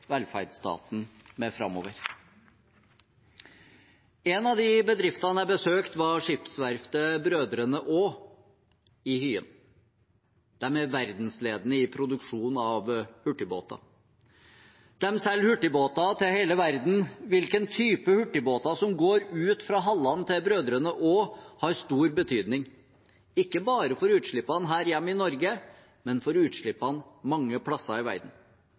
velferdsstaten med framover. Én av de bedriftene jeg besøkte, var skipsverftet Brødrene Aa i Hyen. De er verdensledende i produksjon av hurtigbåter. De selger hurtigbåter til hele verden. Hvilken type hurtigbåter som går ut fra hallene til Brødrene Aa, har stor betydning, ikke bare for utslippene her hjemme i Norge, men for utslippene mange steder i verden.